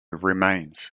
remains